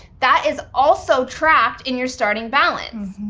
that is also tracked in your starting balance.